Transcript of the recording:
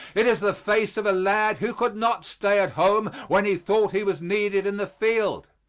it is the face of a lad who could not stay at home when he thought he was needed in the field.